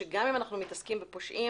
שגם אם אנחנו מתעסקים בפושעים,